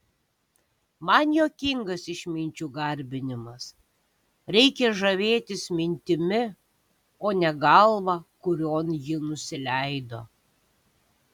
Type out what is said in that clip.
man juokingas išminčių garbinimas reikia žavėtis mintimi o ne galva kurion ji nusileido